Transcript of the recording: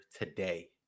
today